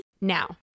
now